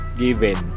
given